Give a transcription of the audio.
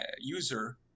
user